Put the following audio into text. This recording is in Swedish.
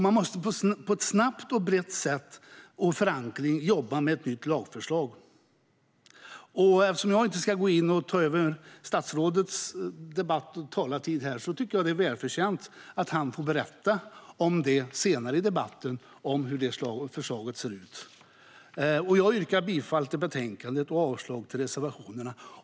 Man måste på ett snabbt och brett sätt och med förankring jobba med ett nytt lagförslag. Jag ska inte gå in och ta över statsrådets debatt och talartid, utan jag tycker att det är välförtjänt att han senare i debatten får berätta hur det förslaget ser ut. Jag yrkar bifall till utskottets förslag och avslag på reservationerna.